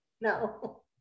No